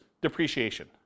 depreciation